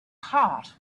heart